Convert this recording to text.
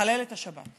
תחלל את השבת.